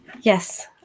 yes